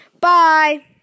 Bye